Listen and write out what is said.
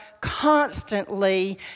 constantly